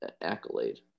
accolade